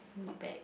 put it back